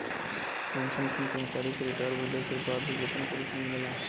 pension fund कर्मचारी के retire भइले के बाद भी वेतन के रूप में मिलला